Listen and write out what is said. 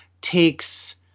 takes